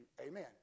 Amen